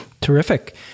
Terrific